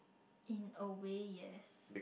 in a way yes